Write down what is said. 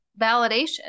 Validation